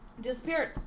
Disappeared